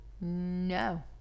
no